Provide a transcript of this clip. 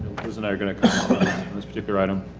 chris and i are gonna cough on this particular item.